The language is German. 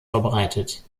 verbreitet